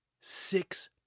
Six